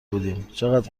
بودیم، چقد